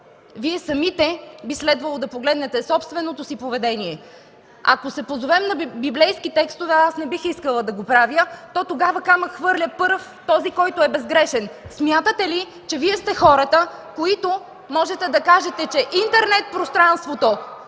Вие самите би следвало да погледнете собственото си поведение. Ако се позовем на библейски текстове, а аз не бих искала да го правя, то тогава камък хвърля пръв този, който е безгрешен. Смятате ли, че Вие сте хората, които можете да кажете, че ... РЕПЛИКИ